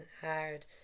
hard